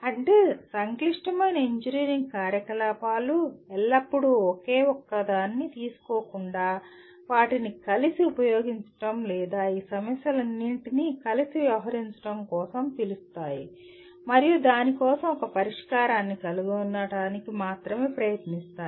అంటే సంక్లిష్టమైన ఇంజనీరింగ్ కార్యకలాపాలు ఎల్లప్పుడూ ఒకే ఒక్కదాన్ని తీసుకోకుండా వాటిని కలిసి ఉపయోగించడం లేదా ఈ సమస్యలన్నింటినీ కలిసి వ్యవహరించడం కోసం పిలుస్తాయి మరియు దాని కోసం ఒక పరిష్కారాన్ని కనుగొనడానికి మాత్రమే ప్రయత్నిస్తాయి